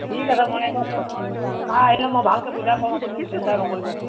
ঠিক আছে মই এইবাৰ ছাৰ আহিলে মই ভালকৈ বুজা ক'ম আপুনি চিন্তা নকৰিব